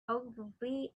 ogilvy